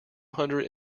hundred